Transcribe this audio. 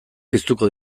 piztuko